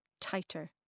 Tighter